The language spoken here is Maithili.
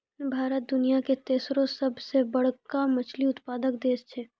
भारत दुनिया के तेसरो सभ से बड़का मछली उत्पादक देश छै